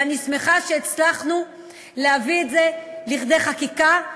ואני שמחה שהצלחנו להביא את זה לכדי חקיקה,